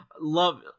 love